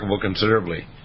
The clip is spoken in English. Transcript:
considerably